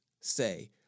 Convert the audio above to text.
say